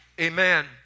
Amen